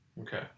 Okay